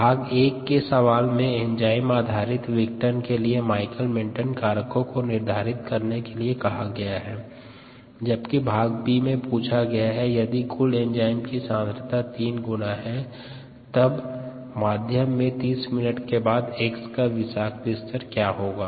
भाग a में enzyme आधारित विघटन के लिए माइकलिस मेन्टेन कारकों को निर्धारित करने के लिए कहा गया है जबकि भाग b में पूछा गया है कि यदि कुल एंजाइम सांद्रता तीन गुना है तब माध्यम में 30 मिनट के बाद X का विषाक्त स्तर क्या होगा